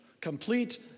complete